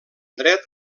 dret